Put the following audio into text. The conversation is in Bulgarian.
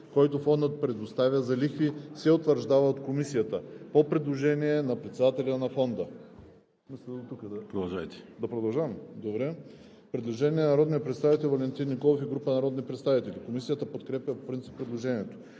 който фондът предоставя за лихви, се утвърждава от комисията по предложение на председателя на фонда.“ Предложение на народния представител Валентин Николов и група народни представители. Комисията подкрепя по принцип